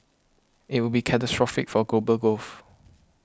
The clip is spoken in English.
it would be catastrophic for global growth